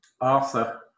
Arthur